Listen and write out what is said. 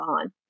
on